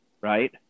right